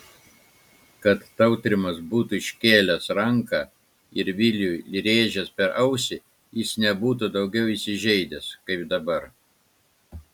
kad tautrimas būtų iškėlęs ranką ir viliui rėžęs per ausį jis nebūtų daugiau įsižeidęs kaip dabar